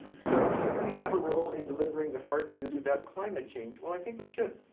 so should we have a role in delivering the hard news about climate change? well, i think we should.